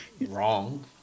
Wrong